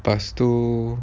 lepas tu